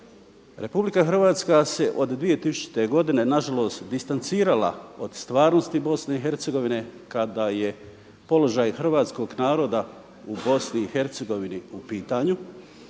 Republika Hrvatska se od 2000. godine nažalost distancirala od stvarnosti Bosne i Hercegovine kada je položaj hrvatskog naroda u Bosni i Hercegovini u pitanju.